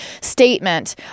statement